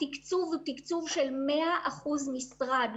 התקצוב הוא תקצוב של 100% משרד,